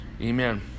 amen